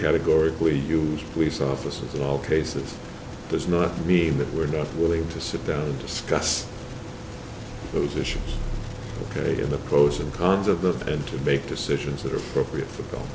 categorically you police officers in all cases does not mean that we're not willing to sit down and discuss those issues ok in the pros and cons of them and to make decisions that are appropriate for them